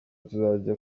tuzajya